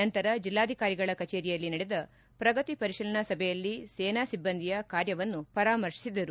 ನಂತರ ಜಿಲ್ಲಾಧಿಕಾರಿಗಳ ಕಚೇರಿಯಲ್ಲಿ ನಡೆದ ಶ್ರಗತಿ ಪರಿಶೀಲನೆ ಸಭೆಯಲ್ಲಿ ಸೇನಾ ಸಿಬ್ಬಂದಿಯ ಕಾರ್ಯವನ್ನು ಪರಾಮರ್ತಿಸಿದರು